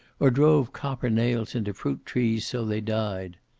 or drove copper nails into fruit-trees, so they died.